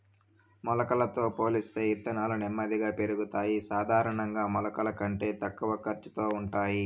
మొలకలతో పోలిస్తే ఇత్తనాలు నెమ్మదిగా పెరుగుతాయి, సాధారణంగా మొలకల కంటే తక్కువ ఖర్చుతో ఉంటాయి